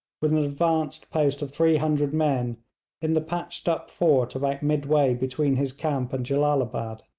with an advanced post of three hundred men in the patched up fort about midway between his camp and jellalabad.